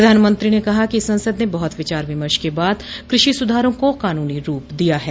प्रधानमंत्री ने कहा कि संसद ने बहुत विचार विमर्श के बाद कृषि सुधारों को कानूनी रूप दिया है